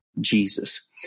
Jesus